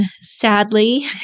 Sadly